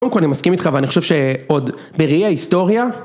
קודם כל אני מסכים איתך ואני חושב שעוד, בראי ההיסטוריה